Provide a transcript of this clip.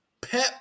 Pep